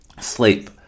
sleep